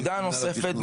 הנקודה הנוספת,